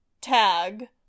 tag